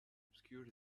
obscured